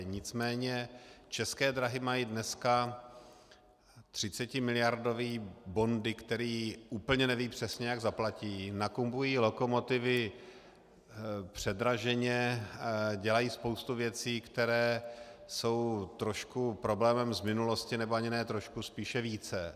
Nicméně České dráhy mají dneska třicetimiliardové bondy, které úplně neví přesně, jak zaplatí, nakupují lokomotivy předraženě, dělají spoustu věcí, které jsou trošku problémem z minulosti, nebo ani ne trošku, spíše více.